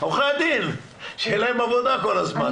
עורכי דין, שתהיה להם עבודה כל הזמן.